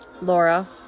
Laura